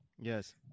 Yes